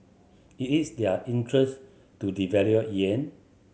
it is their interest to devalue yuan